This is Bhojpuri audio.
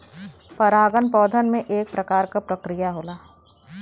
परागन पौधन में एक प्रकार क प्रक्रिया होला